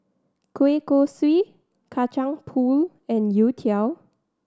kueh kosui Kacang Pool and youtiao